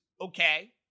okay